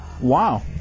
Wow